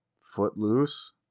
Footloose